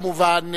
כמובן,